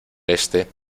este